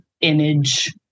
image